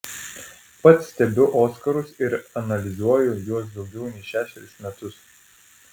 pats stebiu oskarus ir analizuoju juos daugiau nei šešerius metus